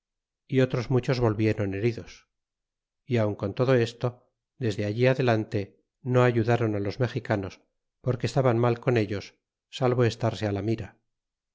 y otros muchos volvieron heridos y aun con todo esto desde allí adelante no ayudaron los mexicanos porque estaban mal con ellos salvo estarse la mira